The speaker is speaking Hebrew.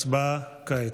הצבעה כעת.